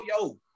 yo